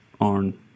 on